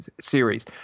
series